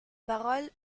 parole